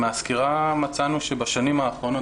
מהסקירה מצאנו שבשנים האחרונות,